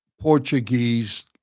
Portuguese